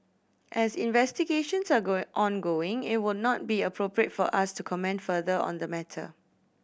as investigations are going ongoing it would not be appropriate for us to comment further on the matter